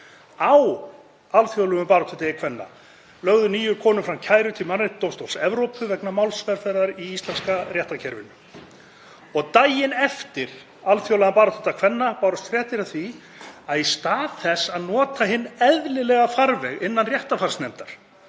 Á alþjóðlegum baráttudegi kvenna lögðu níu konur fram kærur til Mannréttindadómstóls Evrópu vegna málsmeðferðar í íslenska réttarkerfinu. Daginn eftir alþjóðlegan baráttudag kvenna bárust fréttir af því að í stað þess að nota hinn eðlilega farveg innan réttarfarsnefndar